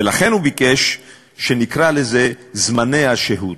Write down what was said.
ולכן הוא ביקש שנקרא לזה זמני השהות.